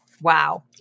Wow